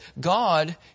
God